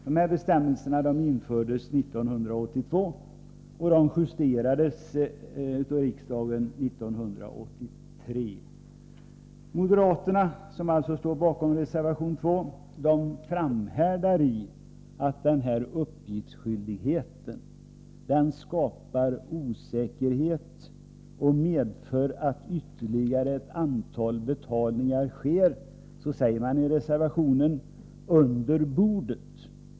Dessa bestämmelser infördes 1982 och justerades av riksdagen 1983. Moderaterna, som alltså står bakom reservation 2, framhärdar i att denna uppgiftsskyldighet skapar osäkerhet och medför att ett ytterligare antal betalningar sker ”under bordet”.